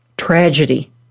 Tragedy